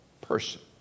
person